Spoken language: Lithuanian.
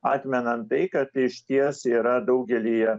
atmenant tai kad išties yra daugelyje